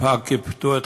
שבה קיפדו את